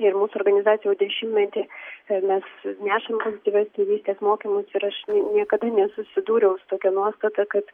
ir mūsų organizacija jau dešimtmetį mes nešam pozityvios tėvystės mokymus ir aš nie niekada nesusidūriau su tokia nuostata kad